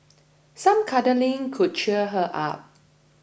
some cuddling could cheer her up